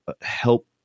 help